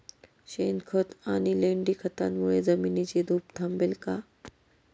शेणखत आणि लेंडी खतांमुळे जमिनीची धूप थांबेल का?